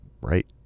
right